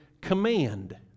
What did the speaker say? command